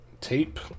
tape